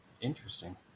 Interesting